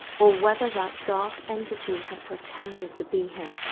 or whether that dark entity had pretended to be him,